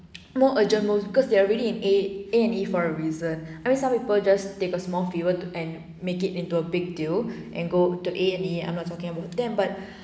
more urgent most because they are really in a a and e for a reason I mean some people just take a small fever and make it into a big deal and go to a and e I'm not talking about them but